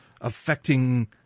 affecting